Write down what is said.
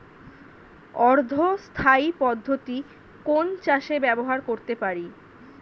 অর্ধ স্থায়ী পদ্ধতি কোন চাষে ব্যবহার করতে পারি?